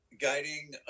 guiding